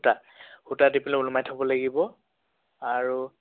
সূতা সূতা দি পেলাই ওলমাই থ'ব লাগিব আৰু